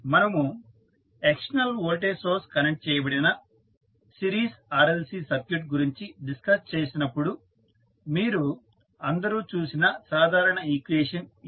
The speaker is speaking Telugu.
మనము ఎక్స్టర్నల్ వోల్టేజ్ సోర్స్ కనెక్ట్ చేయబడిన సిరీస్ RLC సర్క్యూట్ గురించి డిస్కస్ చేసినప్పుడు మీరు అందరు చూసిన సాధారణ ఈక్వేషన్ ఇది